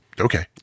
Okay